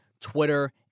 Twitter